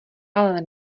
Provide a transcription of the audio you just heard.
ale